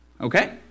Okay